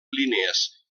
línies